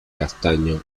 castaño